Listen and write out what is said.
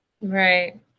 Right